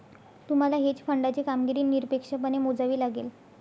तुम्हाला हेज फंडाची कामगिरी निरपेक्षपणे मोजावी लागेल